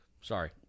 Sorry